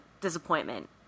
disappointment